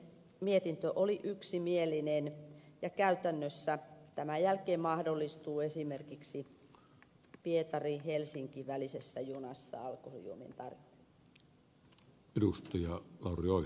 mietintö oli yksimielinen ja käytännössä tämän jälkeen mahdollistuu esimerkiksi pietarin ja helsingin välisessä junassa alkoholijuomien tarjonta